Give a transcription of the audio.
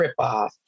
ripoff